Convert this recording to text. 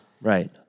Right